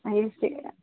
ऐसे